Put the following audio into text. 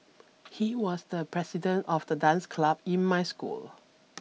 he was the president of the dance club in my school